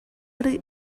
эрэ